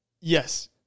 Yes